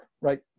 right